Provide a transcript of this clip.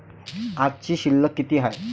आजची शिल्लक किती हाय?